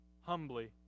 humbly